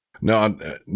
No